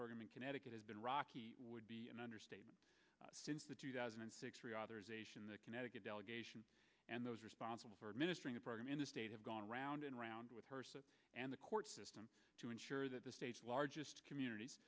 program in connecticut has been rocky would be an understatement since the two thousand and six reauthorization the connecticut delegation and those responsible for administering a program in the state have gone round and round with her and the court system to ensure that the state's largest communities